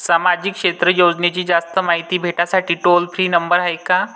सामाजिक क्षेत्र योजनेची जास्त मायती भेटासाठी टोल फ्री नंबर हाय का?